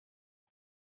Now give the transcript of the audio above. wyt